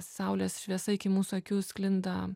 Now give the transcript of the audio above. saulės šviesa iki mūsų akių sklinda